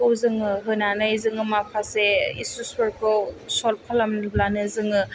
खौ जोङो होनानै जोङो माखासे इसुसफोरखौ सल्फ खालामब्लानो जोङो